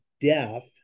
death